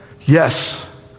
Yes